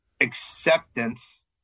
acceptance